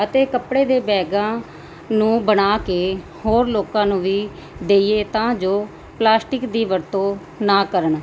ਅਤੇ ਕੱਪੜੇ ਦੇ ਬੈਗਾਂ ਨੂੰ ਬਣਾ ਕੇ ਹੋਰ ਲੋਕਾਂ ਨੂੰ ਵੀ ਦਈਏ ਤਾਂ ਜੋ ਪਲਾਸਟਿਕ ਦੀ ਵਰਤੋਂ ਨਾ ਕਰਨ